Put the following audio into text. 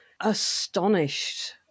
astonished